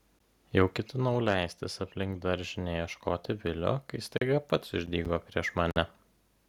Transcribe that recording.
jau ketinau leistis aplink daržinę ieškoti vilio kai staiga pats išdygo prieš mane